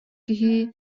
киһи